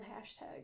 hashtag